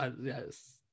yes